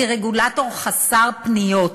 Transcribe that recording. כרגולטור חסר פניות.